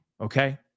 Okay